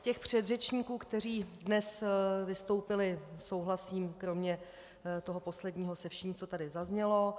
Z předřečníků, kteří dnes vystoupili, souhlasím kromě posledního se vším, co tady zaznělo.